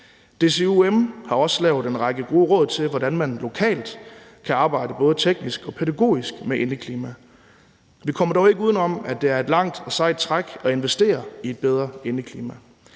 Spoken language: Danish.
DCUM har også lavet en række gode råd til, hvordan man lokalt kan arbejde både teknisk og pædagogisk med indeklima. Vi kommer dog ikke uden om, at det er et langt og sejt træk at investere i et bedre indeklima.